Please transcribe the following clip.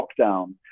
lockdown